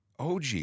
OG